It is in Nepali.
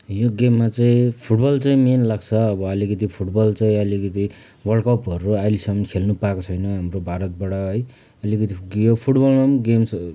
यो गेममा चाहिँ फुटबल चाहिँ मेन लाग्छ अब अलिकति फुटबल चाहिँ अलिकति वर्ल्डकपहरू अहिलेसम्म खेल्नु पाएको छैन हाम्रो भारतबाट है अलिकति यो फुटबलमा पनि गेम्सहरू